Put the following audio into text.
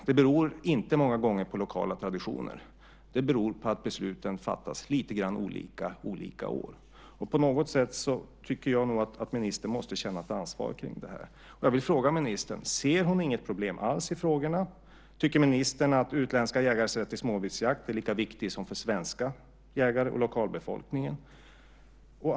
Det beror inte ofta på lokala traditioner, utan det beror på att besluten fattas lite grann olika under olika år. På något sätt tycker jag att ministern måste känna ett ansvar för det här. Jag vill fråga ministern om hon inte ser något problem alls i frågorna. Tycker hon att utländska jägares rätt till småviltsjakt är lika viktig som den för svenska jägare och lokalbefolkningen?